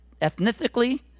ethnically